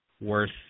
worth